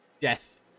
death